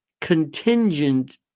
contingent